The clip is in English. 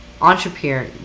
entrepreneur